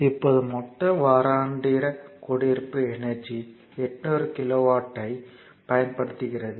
இப்போது மொத்த வருடாந்திர குடியிருப்பு எனர்ஜி 800 கிலோவாட் ஹவர் ஐ பயன்படுத்துகிறது